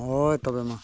ᱦᱳᱭ ᱛᱚᱵᱮ ᱢᱟ